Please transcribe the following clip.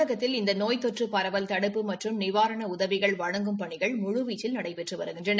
தமிழகத்தில் இந்த நோய் தொற்று பரவல் தடுப்பு மற்றும் நிவாரண உதவிகள் வழங்கும பணிகள் முழு வீச்சில் நடைபெற்று வருகின்றன